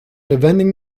vending